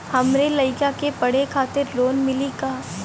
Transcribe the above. हमरे लयिका के पढ़े खातिर लोन मिलि का?